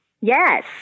Yes